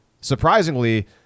surprisingly